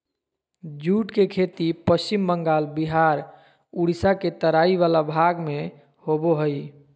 jute के खेती पश्चिम बंगाल बिहार उड़ीसा के तराई वला भाग में होबो हइ